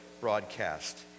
broadcast